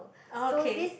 okay